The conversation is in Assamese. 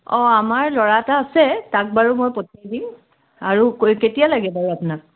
অঁ আমাৰ ল'ৰা এটা আছে তাক বাৰু মই পঠিয়াই দিম আৰু ক কেতিয়া লাগে বাৰু আপোনাক